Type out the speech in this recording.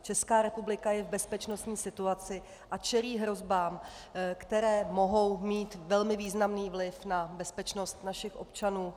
Česká republika je v bezpečnostní situaci a čelí hrozbám, které mohou mít velmi významný vliv na bezpečnost našich občanů.